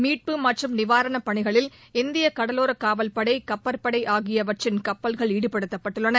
மீட்பு மற்றும் நிவாரண பணிகளில் இந்திய கடலோரக் காவல்படை கப்பற்படை ஆகியவற்றின் கப்பல்கள் ஈடுபடுத்தப்பட்டுள்ளன